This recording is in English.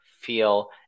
feel